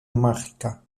mágica